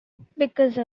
because